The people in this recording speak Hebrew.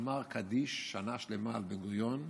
אמר קדיש שנה שלמה על בן-גוריון,